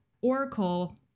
Oracle